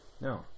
No